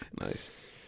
Nice